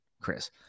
Chris